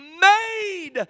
made